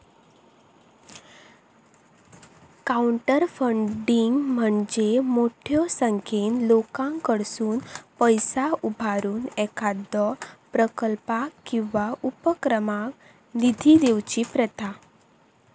crowdfunding म्हणजे मोठ्यो संख्येन लोकांकडसुन पैसा उभारून एखाद्यो प्रकल्पाक किंवा उपक्रमाक निधी देऊची प्रथा